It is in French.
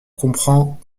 comprend